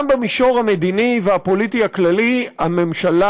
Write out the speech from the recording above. גם במישור המדיני והפוליטי הכללי הממשלה